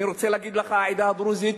אני רוצה להגיד לך: העדה הדרוזית,